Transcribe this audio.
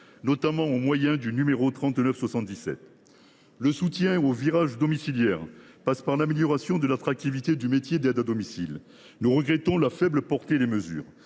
notamment au moyen du numéro 3977. Le soutien au virage domiciliaire passe par l’amélioration de l’attractivité du métier d’aide à domicile. Nous regrettons la faible portée des mesures.